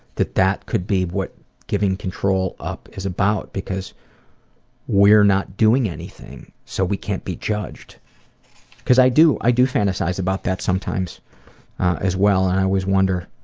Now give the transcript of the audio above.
that that could be what giving control up is about because we're not doing anything so we can't be judged cuz i do i do fantasize about that sometimes as well and i always wonder